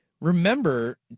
Remember